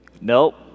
Nope